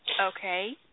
Okay